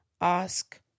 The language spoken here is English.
ask